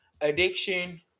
addiction